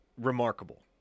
remarkable